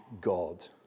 God